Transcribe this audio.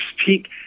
speak